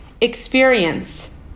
Experience